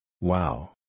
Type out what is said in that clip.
Wow